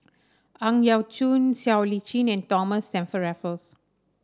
Ang Yau Choon Siow Lee Chin and Thomas Stamford Raffles